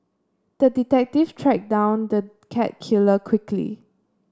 the detective tracked down the cat killer quickly